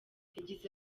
yagize